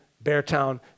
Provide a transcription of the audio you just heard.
Beartown